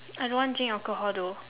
I don't want drink alcohol though